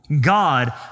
God